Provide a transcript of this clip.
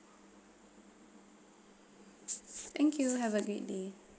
thank you have a great day